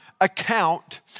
account